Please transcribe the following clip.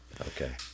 Okay